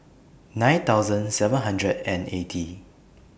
nine thousand seven hundred and eighty